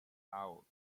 out